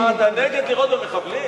מה, אתה נגד לירות במחבלים?